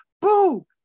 Boo